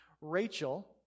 Rachel